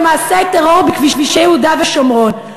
במעשי טרור בכבישי יהודה ושומרון.